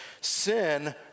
Sin